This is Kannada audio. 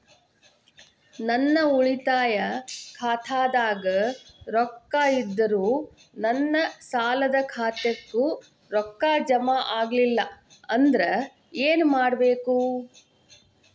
ನನ್ನ ಉಳಿತಾಯ ಖಾತಾದಾಗ ರೊಕ್ಕ ಇದ್ದರೂ ನನ್ನ ಸಾಲದು ಖಾತೆಕ್ಕ ರೊಕ್ಕ ಜಮ ಆಗ್ಲಿಲ್ಲ ಅಂದ್ರ ಏನು ಮಾಡಬೇಕು?